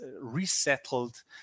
resettled